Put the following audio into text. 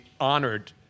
honored